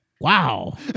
Wow